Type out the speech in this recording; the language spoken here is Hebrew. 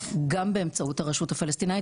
גם באמצעות הרשות הפלסטינית.